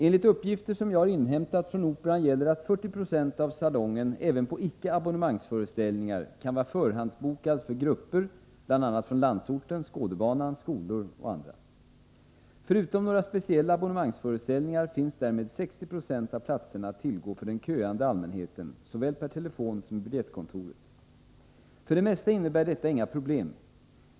Enligt uppgifter som jag har inhämtat från Operan gäller att 40 90 av salongen även på icke abonnemangsföreställningar kan vara förhandsbokad för grupper bl.a. från landsorten, Skådebanan, skolor m.fl. Förutom några speciella abonnemangsföreställningar finns därmed 60 90 av platserna att tillgå för den köande allmänheten såväl per telefon som i biljettkontoret. För det mesta innebär detta inga problem.